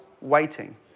Waiting